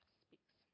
speaks